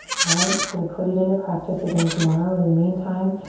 alright, so we'll put it into practice again tomorrow. in the meantime,